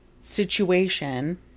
situation